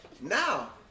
Now